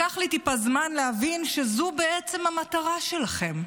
לקח לי טיפה זמן להבין שזאת בעצם המטרה שלכם,